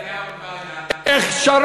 איך שכחת?